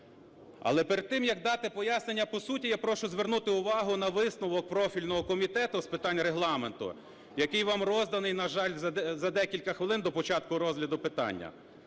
Але перед тим, як дати пояснення по суті, я прошу звернути увагу на висновок профільного комітету з питань Регламенту, який вам розданий, на жаль, за декілька хвилин до початку розгляду питання,